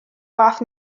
fath